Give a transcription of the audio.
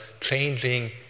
changing